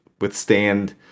withstand